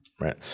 right